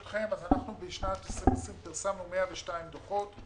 אז בשנת 2020 פרסמנו 102 דוחות,